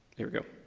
here we go.